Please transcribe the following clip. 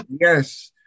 Yes